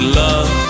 love